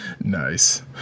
nice